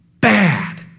Bad